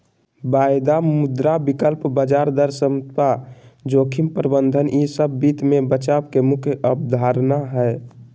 वायदा, मुद्रा विकल्प, ब्याज दर समता, जोखिम प्रबंधन ई सब वित्त मे बचाव के मुख्य अवधारणा हय